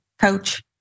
coach